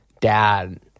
dad